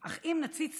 אך אם נציץ